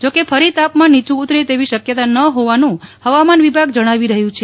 જોકે ફરી તાપમાન નીચુ ઉતરે તેવી શક્યતા ન હોવાનું હવામાન વિભાગ જણાવી રહ્યું છે